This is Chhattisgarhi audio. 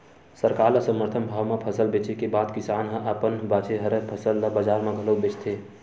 सरकार ल समरथन भाव म फसल बेचे के बाद किसान ह अपन बाचे हरय फसल ल बजार म घलोक बेचथे